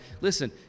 listen